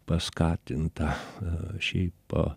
paskatinta šiaip